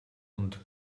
und